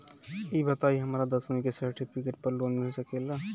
ई बताई हमरा दसवीं के सेर्टफिकेट पर लोन मिल सकेला?